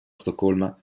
stoccolma